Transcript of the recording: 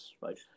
right